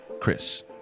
Chris